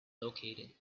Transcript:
located